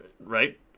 right